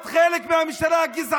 את חלק מהממשלה הגזענית.